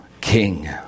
king